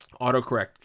autocorrect